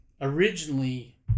originally